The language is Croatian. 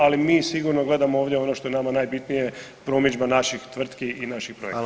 Ali mi sigurno gledamo ovdje ono što je nama najbitnije promidžba naših tvrtki i naših projekata.